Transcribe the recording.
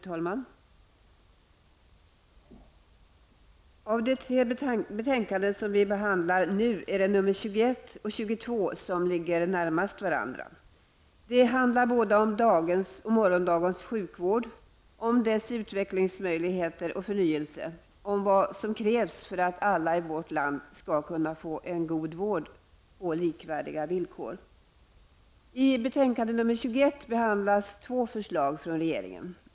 Herr talman! Av de tre betänkanden som vi nu behandlar ligger nummer 21 och 22 närmast varandra. De handlar båda om dagens och morgondagens sjukvård, om utvecklingsmöjligheter och förnyelse, om vad som krävs för att alla i vårt land skall kunna få god vård på likvärdiga villkor. I betänkande 21 behandlas två förslag från regeringen.